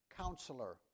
Counselor